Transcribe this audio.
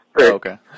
Okay